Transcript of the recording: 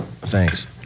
Thanks